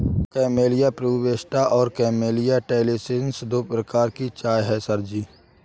camellia pubicosta और camellia taliensis दो प्रकार की चाय है सर जी